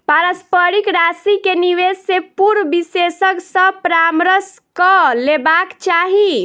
पारस्परिक राशि के निवेश से पूर्व विशेषज्ञ सॅ परामर्श कअ लेबाक चाही